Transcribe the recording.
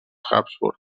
habsburg